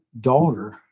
daughter